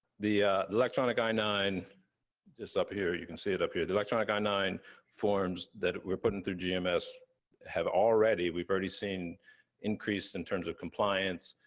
the electronic i nine is up here. you can see it up here. the electronic i nine forms that we're putting through gms have already, we've already seen increase in terms of compliance,